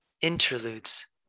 interludes